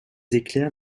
éclairs